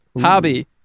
Hobby